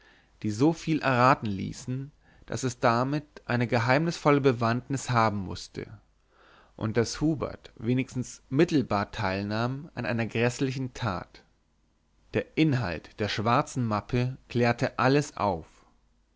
die so viel erraten ließen daß es damit eine geheimnisvolle bewandtnis haben mußte und daß hubert wenigstens mittelbar teilnahm an einer gräßlichen tat der inhalt der schwarzen mappe klärte alles auf